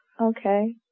okay